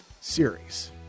series